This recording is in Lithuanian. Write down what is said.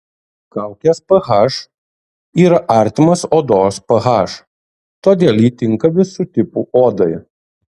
kaukės ph yra artimas odos ph todėl ji tinka visų tipų odai